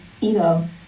ego